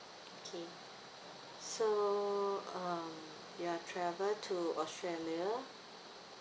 okay so uh you are travel to australia